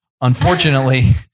Unfortunately